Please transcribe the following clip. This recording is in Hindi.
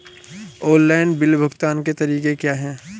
ऑनलाइन बिल भुगतान के तरीके क्या हैं?